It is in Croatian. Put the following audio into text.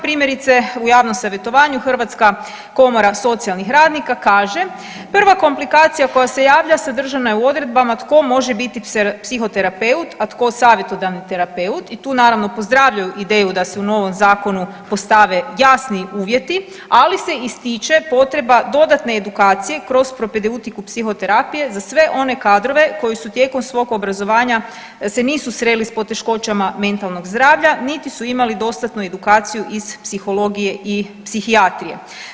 Primjerice u javnom savjetovanju Hrvatska komora socijalnih radnika kaže prva komplikacija koja se javlja sadržana je u odredbama tko može biti psihoterapeut, a tko savjetodavni terapeut i tu naravno pozdravljaju ideju da se u novom zakonu postave jasni uvjeti, ali se ističe potreba dodatne edukacije kroz propedeutiku psihoterapije za sve one kadrove koji su tijekom svog obrazovanja se nisu sreli s poteškoćama mentalnog zdravlja, niti su imali dostatnu edukaciju iz psihologije i psihijatrije.